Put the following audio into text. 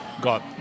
got